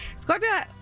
Scorpio